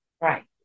Right